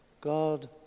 God